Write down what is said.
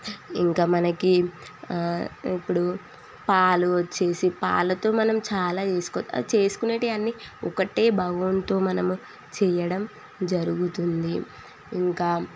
ఇంకా మనకి ఇప్పుడు పాలు వచ్చేసి పాలతో మనం చాలా చేసుకోవచ్చు చేసుకొనేటివన్నీ ఒకటే బగోన్తో మనము చేయడం జరుగుతుంది ఇంకా